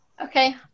Okay